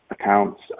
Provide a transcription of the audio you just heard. accounts